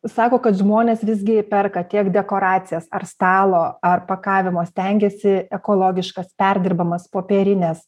sako kad žmonės visgi perka tiek dekoracijas ar stalo ar pakavimo stengiasi ekologiškas perdirbamas popierines